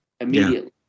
immediately